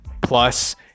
plus